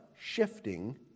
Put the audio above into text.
shifting